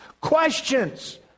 questions